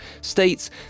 states